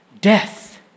Death